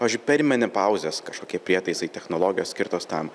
pavyzdžiui perimenipauzės kažkokie prietaisai technologijos skirtos tam